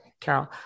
Carol